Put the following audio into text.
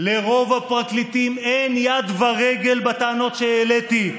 לרוב הפרקליטים אין יד ורגל בטענות שהעליתי.